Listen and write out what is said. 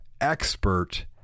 expert